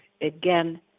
again